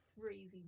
Crazy